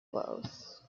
flows